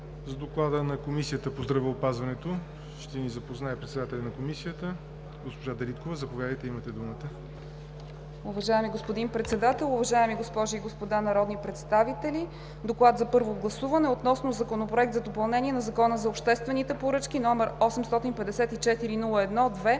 С доклада на Комисията по здравеопазването ще ни запознае председателят на Комисията – госпожа Дариткова. Заповядайте, имате думата. ДОКЛАДЧИК ДАНИЕЛА ДАРИТКОВА-ПРОДАНОВА: Уважаеми господин Председател, уважаеми госпожи и господа народни представители! „ДОКЛАД за първо гласуване относно Законопроект за допълнение на Закона за обществените поръчки, № 854-01-2,